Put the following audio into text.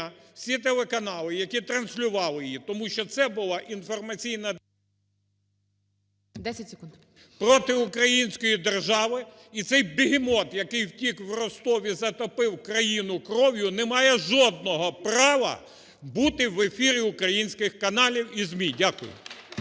всі телеканали, які транслювали її. Тому що це була інформаційна… ГОЛОВУЮЧИЙ. 10 секунд. МОСІЙЧУК І.В. …проти української держави. І цей бегемот, який втік в Ростов, затопив країну кров'ю, не має жодного права бути в ефірі українських каналів і ЗМІ. Дякую.